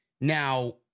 Now